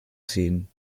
sehen